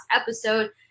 episode